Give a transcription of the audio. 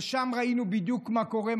שם ראינו בדיוק מה קורה,